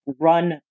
run